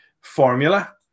formula